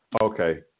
Okay